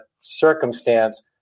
circumstance